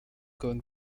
going